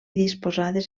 disposades